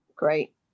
great